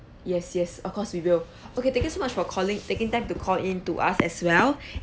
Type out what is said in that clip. yes yes of course we will okay thank you so much for calling taking time to call in to us as well